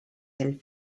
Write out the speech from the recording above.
del